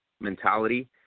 mentality